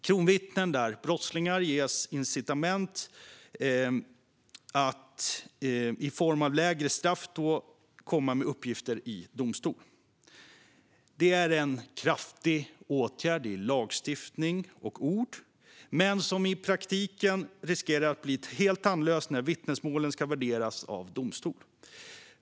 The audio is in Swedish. Det är alltså brottslingar som ges incitament, i form av lägre straff, att komma med uppgifter i domstol. Det är en kraftig åtgärd i lagstiftning och ord, men i praktiken riskerar den att bli helt tandlös när vittnesmålen ska värderas av domstol.